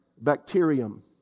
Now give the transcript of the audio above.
Bacterium